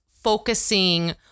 focusing